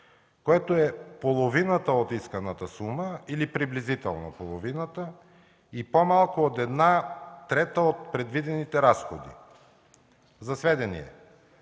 което е половината от исканата сума или приблизително половината, и по-малко от една трета от предвидените разходи. За сведение